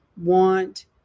want